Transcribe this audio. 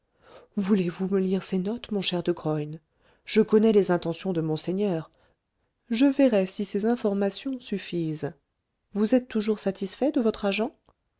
voulez-vous me lire ces notes mon cher de graün je connais les intentions de monseigneur je verrai si ces informations suffisent vous êtes toujours satisfait de votre agent